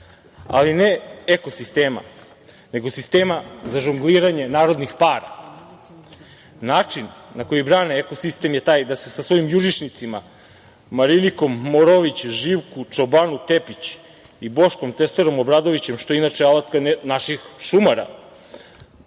Ali, ne ekosistema, nego sistema za žongliranje narodnih para. Način na koji brane ekosistem je taj da se sa svojim jurišnicima Marinikom, Morović, Živku Čobanu Tepić i Boškom testerom Obradovićem, što je inače alatka naših šumara,